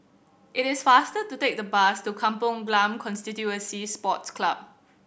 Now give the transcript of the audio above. it is faster to take the bus to Kampong Glam Constituency Sports Club